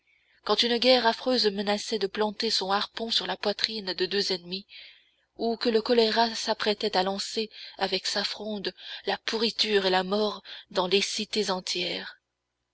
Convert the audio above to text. quand une guerre affreuse menaçait de planter son harpon sur la poitrine de deux pays ennemis ou que le choléra s'apprêtait à lancer avec sa fronde la pourriture et la mort dans des cités entières